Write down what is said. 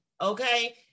Okay